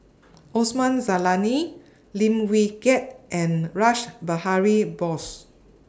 Osman Zailani Lim Wee Kiak and Rash Behari Bose